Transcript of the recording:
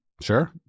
Sure